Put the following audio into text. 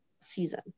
season